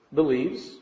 believes